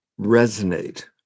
resonate